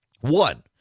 One